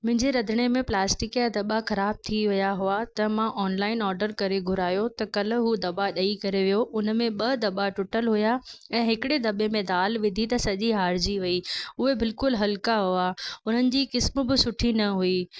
मुंहिंजे रंधिणे में प्लास्टिक जा दॿा ख़राब थी विया हुआ त मां ऑनलाइन ऑडर करे घुरायो त काल्ह उहे दॿा ॾेई करे उन में ॿ दॿा टुटियलु हुया ऐं हिकड़े दब्बे में दाल विधी त सॼी हारजी वई उहे बिल्कुलु हल्का हुआ उन्हनि जी क़िस्म बि सुठी न हुई